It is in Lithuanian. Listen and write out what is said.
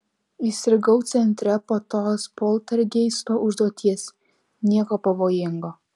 įstrigau centre po tos poltergeisto užduoties nieko pavojingo